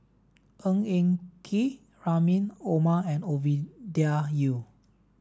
Ng Eng Kee Rahim Omar and Ovidia Yu